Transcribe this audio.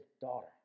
daughter